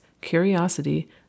curiosity